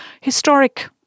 historic